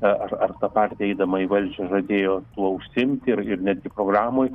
ar ar ta partija eidama į valdžią žadėjo tuo užsiimti ir ir net gi programoj